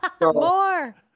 more